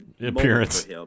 appearance